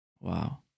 Wow